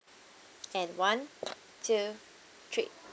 and one two three